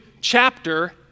chapter